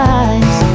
eyes